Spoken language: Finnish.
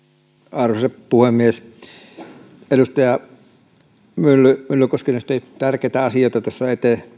arvoisa puhemies edustaja myllykoski nosti tärkeitä asioita tuossa